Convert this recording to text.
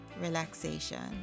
relaxation